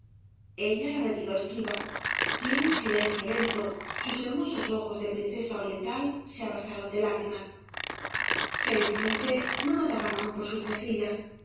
ella la retiró esquiva y en un silencio lento sus hermosos ojos de princesa oriental se arrasaron de lágrimas felizmente no rodaban aún por sus mejillas